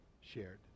shared